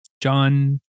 john